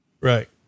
right